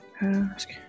ask